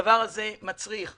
הדבר הזה מצריך חקיקה.